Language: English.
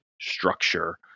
structure